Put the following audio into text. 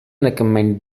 recommend